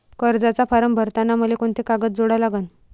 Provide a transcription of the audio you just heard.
कर्जाचा फारम भरताना मले कोंते कागद जोडा लागन?